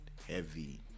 Heavy